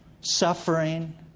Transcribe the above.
suffering